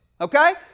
Okay